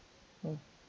mm